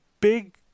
big